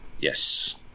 Yes